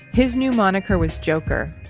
his new moniker was joker.